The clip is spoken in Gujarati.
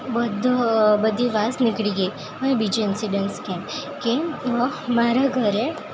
બધો બધી વાસ નીકળી ગઈ હવે બીજું ઇનસિડન્સ કે કે મારા ઘરે